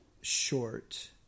short